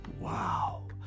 wow